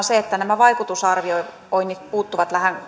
se että nämä vaikutusarvioinnit puuttuvat lähes